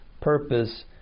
purpose